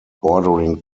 bordering